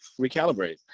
recalibrate